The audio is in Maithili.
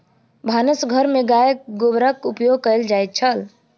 भानस घर में गाय गोबरक उपयोग कएल जाइत छल